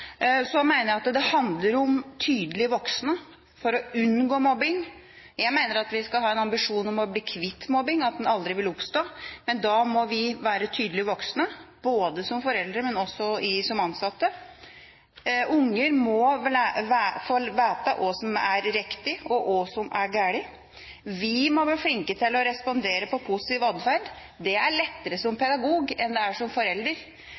Jeg mener at det handler om at vi må ha tydelige voksne for å unngå mobbing. Jeg mener at vi skal ha en ambisjon om å bli kvitt mobbing, at den aldri vil oppstå. Men da må vi – både foreldre og ansatte – være tydelige voksne. Unger må få vite hva som er riktig, og hva som er galt. Vi må bli flinkere til å respondere på positiv atferd; det er lettere som pedagog enn som forelder. Det er